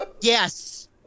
Yes